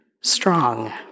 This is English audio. strong